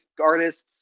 artists